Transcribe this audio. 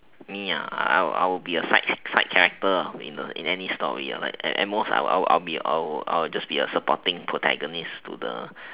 me I will I'll be a side side character in in any story like at most I will I will I'll be a supporting protagonist to the